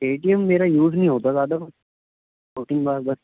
اے T M میرا use نہیں ہوتا زیادہ دو تین بار بس